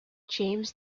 james